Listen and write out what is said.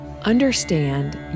Understand